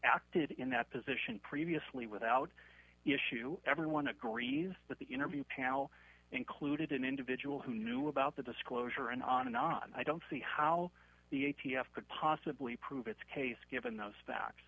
acted in that position previously without issue everyone agrees that the interview panel included an individual who knew about the disclosure and on and on i don't see how the a t f could possibly prove its case given those facts